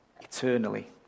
eternally